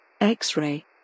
X-Ray